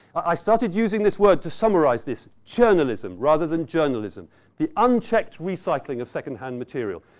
i started using this word to summarize this. churnalism, rather than journalism the unchecked recycling of second-hand material.